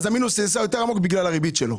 אז המינוס נעשה יותר עמוק בגלל הריבית שלו.